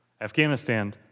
Afghanistan